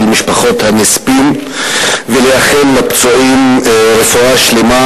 משפחות הנספים ולאחל לפצועים רפואה שלמה.